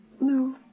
No